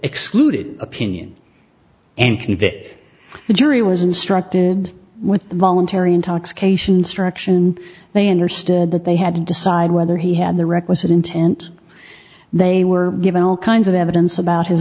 excluded opinion and can of it the jury was instructed with voluntary intoxication instruction they understood that they had to decide whether he had the requisite intent they were given all kinds of evidence about his